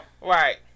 Right